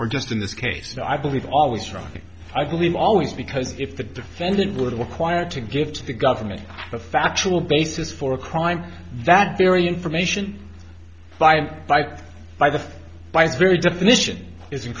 are just in this case i believe always wrong i believe always because if the defendant would require to give to the government a factual basis for a crime that very information by and by by the by its very definition is in